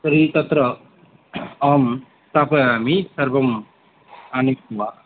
तर्हि तत्र अहं स्थापयामि सर्वम् आनीय